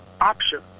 option